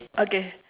okay